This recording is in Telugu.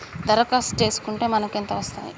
దరఖాస్తు చేస్కుంటే మనకి ఎంత వస్తాయి?